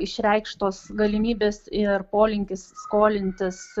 išreikštos galimybės ir polinkis skolintis